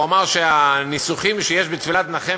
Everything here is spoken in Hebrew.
הוא אמר שהניסוחים שיש בתפילת "נחם",